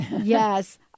Yes